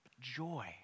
Joy